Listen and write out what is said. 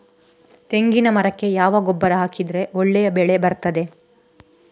ತೆಂಗಿನ ಮರಕ್ಕೆ ಯಾವ ಗೊಬ್ಬರ ಹಾಕಿದ್ರೆ ಒಳ್ಳೆ ಬೆಳೆ ಬರ್ತದೆ?